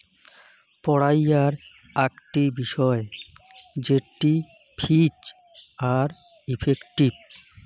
পড়াইয়ার আকটি বিষয় জেটটি ফিজ আর ইফেক্টিভ